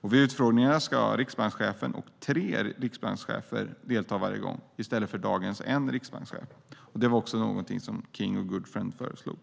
Vid utfrågningarna ska riksbankschefen och tre vice riksbankschefer delta varje gång, i stället för som i dag en vice riksbankschef. Detta var något som också King och Goodfriend föreslog.